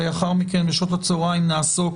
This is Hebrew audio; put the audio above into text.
לאחר מכן, בשעות הצהריים, נעסוק